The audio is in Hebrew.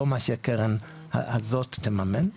לא מה שהקרן הזאת תממן.